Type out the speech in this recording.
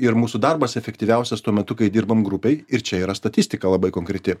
ir mūsų darbas efektyviausias tuo metu kai dirbam grupėj ir čia yra statistika labai konkreti